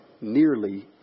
nearly